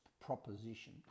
proposition